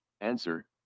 Answer